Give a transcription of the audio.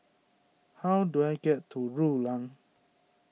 how do I get to Rulang